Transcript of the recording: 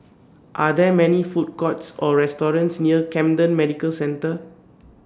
Are There Many Food Courts Or restaurants near Camden Medical Centre